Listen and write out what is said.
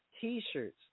T-shirts